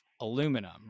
aluminum